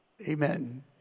Amen